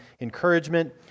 encouragement